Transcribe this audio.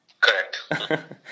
Correct